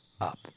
up